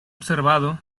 observado